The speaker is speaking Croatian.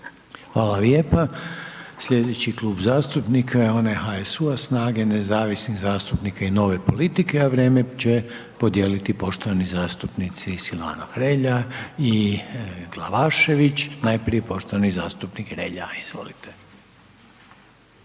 Hvala lijepa. Slijedeći Klub zastupnika je onaj HSU-a, SNAGA-e, nezavisnih zastupnika i Nove politike a vrijeme će podijeliti poštovani zastupnici Silvano Hrelja i Glavašević, najprije poštovani zastupnik Hrelja, izvolite.